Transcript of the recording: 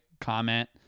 comment